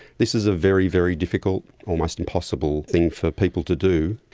this is a very, very difficult, almost impossible thing for people to do.